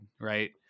right